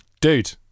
dude